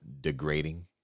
degrading